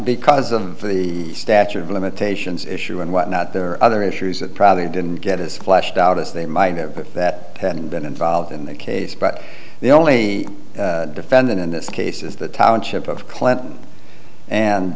because of the statute of limitations issue and whatnot there are other issues that probably didn't get as lashed out as they might never that hadn't been involved in the case but the only defendant in this case is the township of clinton and